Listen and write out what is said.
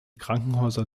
krankenhäuser